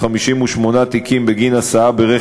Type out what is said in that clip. התשע"ה 2015. יציג את החוק לקריאה ראשונה